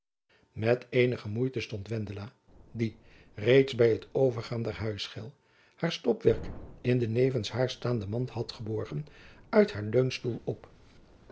met eenige moeite stond wendela die reeds by het overgaan der huisschel haar stopwerk in de nevens haar staande mand had geborgen uit haar leunstoel op